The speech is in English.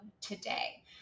today